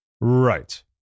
Right